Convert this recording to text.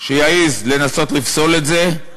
שיעז לנסות לפסול את זה,